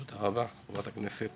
100%. תודה רבה לך חברת הכנסת.